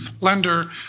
lender